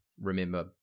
remember